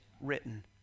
written